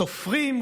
סופרים,